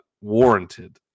warranted